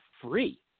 free